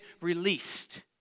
released